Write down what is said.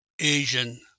Asian